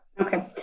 Okay